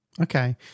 Okay